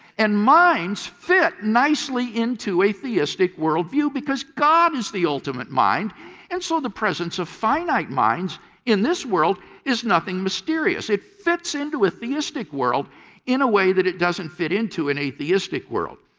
and minds fit nicely into a theistic worldview because god is the ultimate mind and so the presence of finite minds in this world is nothing mysterious. it fits into a theistic world in a way that it doesn't fit into an atheistic world.